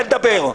תן לדבר.